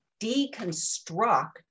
deconstruct